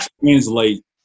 translate